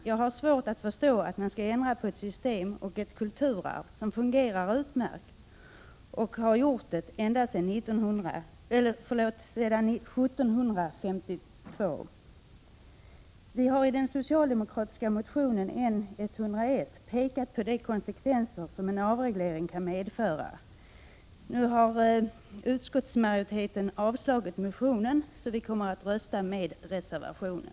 Jag har svårt att förstå varför man skall ändra på ett system som fungerar utmärkt och har gjort det sedan 1752 — och som dessutom är ett kulturarv. Vi har i den socialdemokratiska motionen N101 pekat på de konsekvenser som en avreglering kan medföra. Utskottsmajoriteten har avstyrkt motionen, och vi kommer därför att rösta med reservationen.